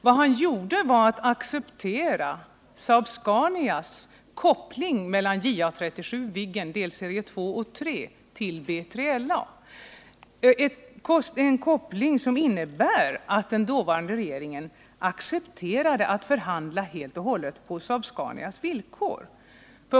Vad han gjorde var att acceptera Saab-Scanias koppling mellan JA 37 Viggen, delserie 2 och 3, och B3LA, en koppling som innebar att den dåvarande regeringen accepterade att förhandla helt och hållet på Saab-Scanias villkor.